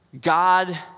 God